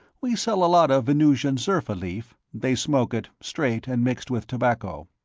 we sell a lot of venusian zerfa leaf they smoke it, straight and mixed with tobacco.